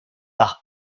par